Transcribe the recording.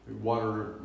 water